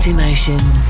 emotions